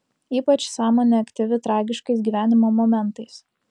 ypač sąmonė aktyvi tragiškais gyvenimo momentais